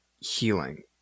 healing